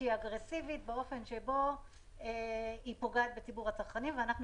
שהיא אגרסיבית באופן שבו היא פוגעת בציבור הצרכנים ואנחנו